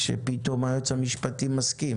שפתאום היועץ המשפטי מסכים